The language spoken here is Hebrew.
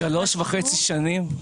שלוש וחצי שנים.